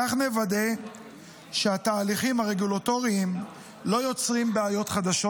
כך נוודא שהתהליכים הרגולטוריים לא יוצרים בעיות חדשות